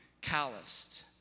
calloused